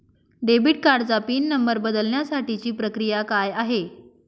Debit कार्डचा PIN number बदलण्यासाठीची प्रक्रिया काय आहे?